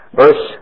verse